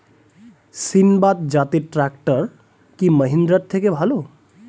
সিণবাদ জাতের ট্রাকটার কি মহিন্দ্রার থেকে ভালো?